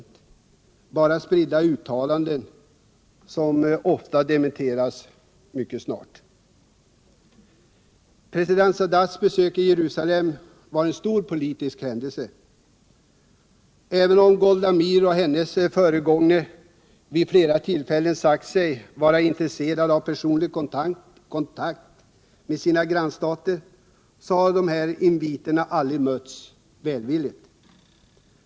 Det förekommer bara spridda uttalanden som mycket snart dementeras. President Sadats besök i Jerusalem var en stor politisk händelse. Även om Golda Meir och hennes föregångare vid ett flertal tillfällen sagt sig vara intresserade av personlig kontakt med sina grannstater, så har dessa inviter aldrig bemötts välvilligt.